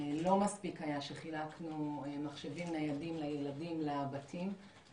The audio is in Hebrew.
זה לא מספיק שחילקנו מחשבים ניידים לבתים של הילדים.